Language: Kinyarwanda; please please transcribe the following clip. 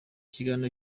kiganiro